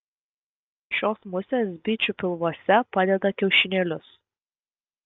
šios musės bičių pilvuose padeda kiaušinėlius